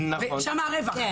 ושם הרווח,